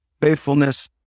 faithfulness